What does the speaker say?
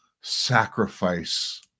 sacrifice